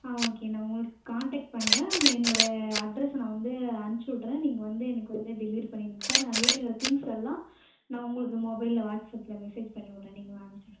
ஆ okay நான் உங்களுக்கு contact பண்ணுறன் அவங்க என்னோடய அட்ரஸை நான் வந்து அனுச்சிவுட்றன் நீங்கள் வந்து எனக்கு வந்து டெலிவரி பண்ணிடுங்க சார் நான் வேணுங்கிற திங்ஸ்ஸெல்லாம் நான் உங்களுக்கு மொபைலில் வாட்ஸ்ஆப்பில் மெசேஜ் பண்ணிவிட்றன் நீங்கள் அனுச்சிவுட்